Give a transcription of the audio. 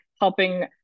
helping